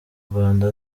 rwanda